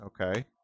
Okay